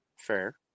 Fair